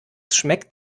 schmeckt